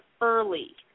early